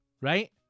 Right